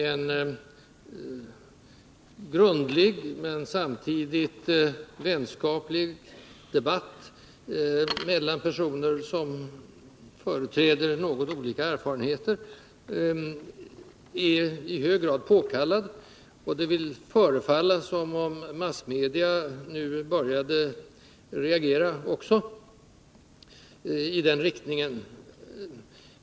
En grundlig men samtidigt vänskaplig debatt mellan personer som företräder något olika erfarenheter är i hög grad påkallad. Det vill förefalla som om massmedia nu också började reagera i den riktningen.